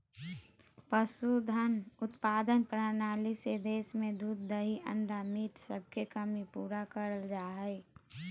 पशुधन उत्पादन प्रणाली से देश में दूध दही अंडा मीट सबके कमी पूरा करल जा हई